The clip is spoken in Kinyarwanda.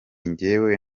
njyewe